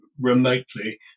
remotely